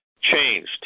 changed